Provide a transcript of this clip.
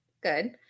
good